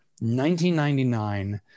1999